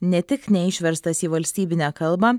ne tik neišverstas į valstybinę kalbą